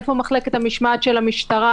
איפה מחלקת המשמעת של המשטרה.